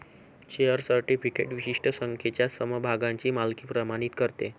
share certificate विशिष्ट संख्येच्या समभागांची मालकी प्रमाणित करते